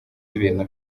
ibintu